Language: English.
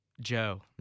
Joe